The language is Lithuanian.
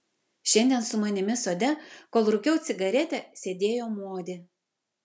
šiandien su manimi sode kol rūkiau cigaretę sėdėjo modė